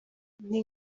nti